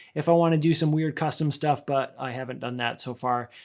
if i wanna do some weird custom stuff, but i haven't done that so far.